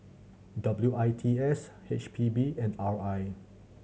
W I T S H P B and R I